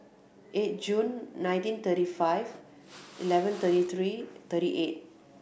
eight June nineteen thirty five eleven thirty three thirty eight